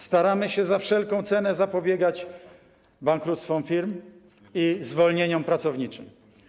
Staramy się za wszelką cenę zapobiegać bankructwom firm i zwolnieniom pracowniczym.